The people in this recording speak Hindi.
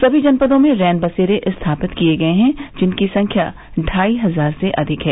सभी जनपदों में रैन बसेरे स्थापित किए गए हैं जिनकी संख्या ढ़ाई हजार से अधिक है